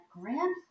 grandfather